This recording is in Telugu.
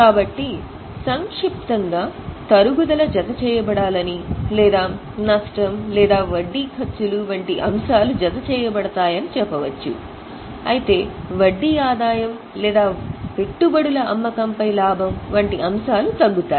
కాబట్టి సంక్షిప్తంగా తరుగుదల జతచేయబడాలని లేదా నష్టం లేదా వడ్డీ ఖర్చులు వంటి అంశాలు జతచేయబడతాయని చెప్పవచ్చు అయితే వడ్డీ ఆదాయం లేదా పెట్టుబడుల అమ్మకంపై లాభం వంటి అంశాలు తగ్గుతాయి